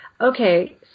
Okay